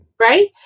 right